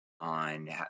on